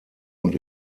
und